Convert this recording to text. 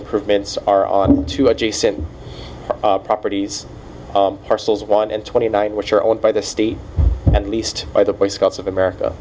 improvements are on two adjacent properties parcels one and twenty nine which are owned by the state and leased by the boy scouts of america